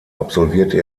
absolvierte